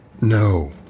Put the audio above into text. No